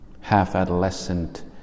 half-adolescent